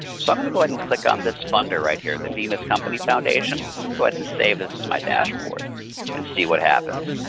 so i'm going to go ahead and click on this funder right here the bemis company foundation. i'm going to go ahead and save this to my dashboard and see what happens.